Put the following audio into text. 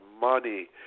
money